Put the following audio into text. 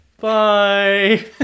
Bye